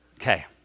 Okay